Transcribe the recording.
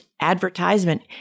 advertisement